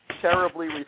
Terribly